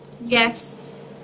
Yes